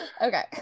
Okay